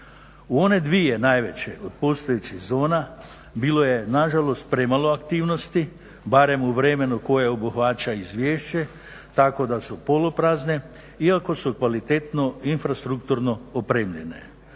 U one dvije najveće od postojećih zona bilo je na žalost premalo aktivnosti barem u vremenu koje obuhvaća izvješće tako da su poluprazne, iako su kvalitetno infrastrukturno opremljene.